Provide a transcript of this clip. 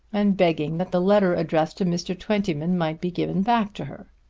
and begging that the letter addressed to mr. twentyman might be given back to her.